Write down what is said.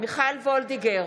מיכל וולדיגר,